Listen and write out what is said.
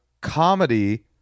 comedy